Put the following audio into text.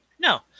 No